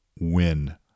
win